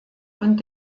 und